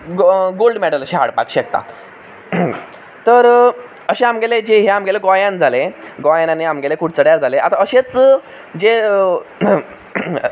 gold medal अशे हाडपाक शकता तर अशें आमगेलें हें आमगेले गोंयांत जालें गोंयांत आनी आमगेल्या कुडचड्यार जालें आतां अशेंच जे